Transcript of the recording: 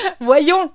Voyons